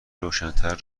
روشنتر